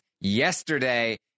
Yesterday